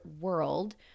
world